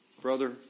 Brother